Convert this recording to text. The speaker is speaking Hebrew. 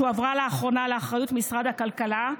שהועברה לאחרונה לאחריות משרד הכלכלה,